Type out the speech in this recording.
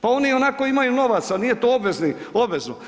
Pa oni ionako imaju novaca, nije to obvezno.